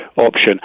option